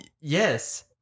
Yes